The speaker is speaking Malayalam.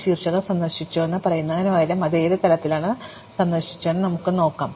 അതിനാൽ ശീർഷകം സന്ദർശിച്ചുവെന്ന് പറയുന്നതിനുപകരം അത് ഏത് തലത്തിലാണ് സന്ദർശിച്ചതെന്ന് നമുക്ക് ചോദിക്കാം